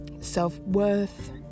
self-worth